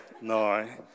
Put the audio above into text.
No